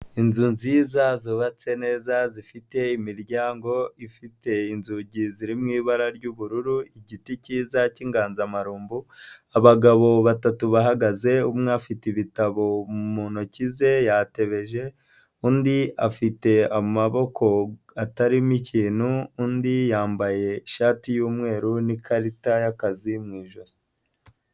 Inzu nziza zubatse neza zifite imiryango ifite inzugi ziri mu ibara ry'ubururu igiti cyiza k'inganzamarumbo, abagabo batatu bahagaze umwe afite ibitabo mu ntoki ze yatebeje, undi afite amaboko atarimo ikintu, undi yambaye ishati y'umweru n'ikarita y'akazi mu ijosi.